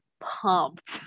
pumped